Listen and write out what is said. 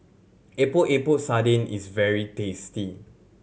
Epok Epok Sardin is very tasty